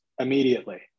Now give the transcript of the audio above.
immediately